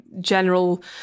General